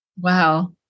Wow